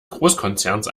großkonzerns